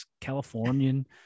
Californian